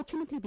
ಮುಖ್ಯಮಂತ್ರಿ ಬಿ